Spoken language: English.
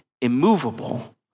immovable